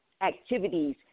activities